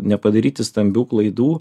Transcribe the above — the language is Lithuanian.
nepadaryti stambių klaidų